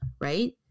right